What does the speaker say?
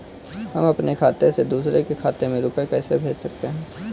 हम अपने खाते से दूसरे के खाते में रुपये कैसे भेज सकते हैं?